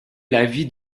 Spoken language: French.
l’avis